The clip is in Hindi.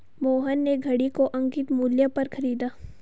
मोहन ने घड़ी को अंकित मूल्य पर खरीदा